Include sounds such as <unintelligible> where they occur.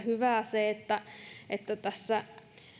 <unintelligible> hyvää se että että tässä